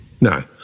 No